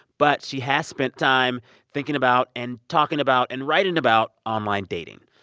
but she has spent time thinking about and talking about and writing about online dating.